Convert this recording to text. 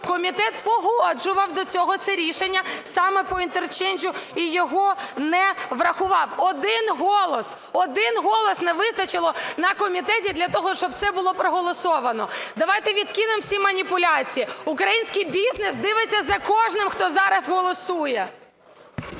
Комітет погоджував до цього це рішення саме по інтерчейнджу і його не врахував. Один голос, один голос не вистачило на комітеті для того, щоб це було проголосовано. Давайте відкинемо всі маніпуляції, український бізнес дивиться за кожним, хто зараз голосує.